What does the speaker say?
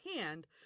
hand